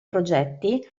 progetti